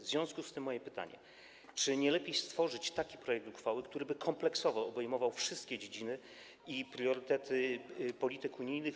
W związku z tym mam pytanie: Czy nie lepiej stworzyć taki projekt uchwały, który by kompleksowo obejmował wszystkie dziedziny i priorytety dotyczące polityk unijnych?